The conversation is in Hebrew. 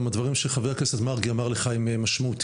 גם הדברים שחה"כ מרגי אמר לך הם משמעותיים.